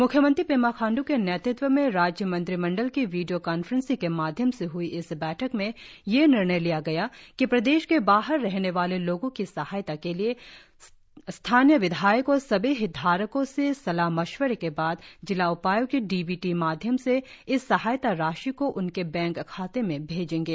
म्ख्य मंत्री पेमा खांडू ने नेतृत्व में राज्य मंत्रिमंडल की विडियों कांन्फ्रेंसिंग के माध्यम से हई इस बैठक में ये निर्णय लिया गया कि प्रदेश के बाहर रहने वाले लोगों की सहायता के लिए स्थानीय विधायक और सभी हितधारको से सलाह मश्वरे के बाद जिला उपाय्क्त डी बी टी माध्यम से इस सहायता राशि को उनके बैंक खाते में भेजेंगे